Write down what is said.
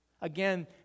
Again